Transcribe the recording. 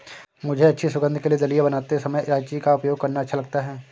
मुझे अच्छी सुगंध के लिए दलिया बनाते समय इलायची का उपयोग करना अच्छा लगता है